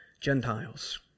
Gentiles